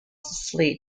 asleep